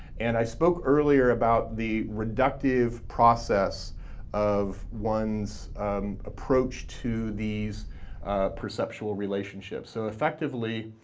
and i spoke earlier about the reductive process of one's approach to these perceptual relationships. so effectively,